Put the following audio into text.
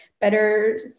better